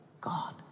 God